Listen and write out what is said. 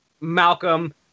Malcolm